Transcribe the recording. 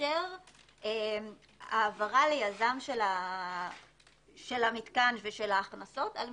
שתתאפשר העברה ליזם של המתקן ושל ההכנסות כדי